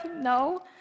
No